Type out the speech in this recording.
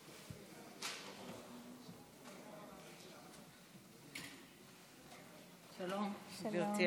גברתי